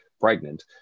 pregnant